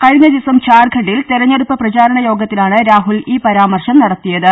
കഴിഞ്ഞ ദിവസം ഝാർഖണ്ഡിൽ തെരഞ്ഞെടുപ്പ് പ്രചാരണ യോഗത്തിലാണ് രാഹുൽ ഈ പരാമർശം നടത്തിയത്